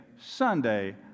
Sunday